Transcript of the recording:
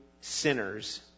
sinners